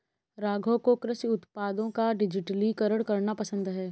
राघव को कृषि उत्पादों का डिजिटलीकरण करना पसंद है